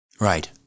right